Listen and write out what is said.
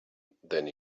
then